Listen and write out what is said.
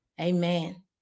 Amen